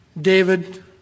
David